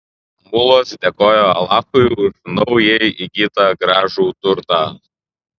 mulos dėkojo alachui už naujai įgytą gražų turtą